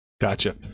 gotcha